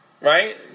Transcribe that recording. right